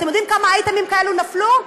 אתם יודעים כמה אייטמים כאלה נפלו?